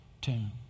tomb